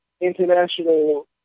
international